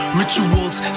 rituals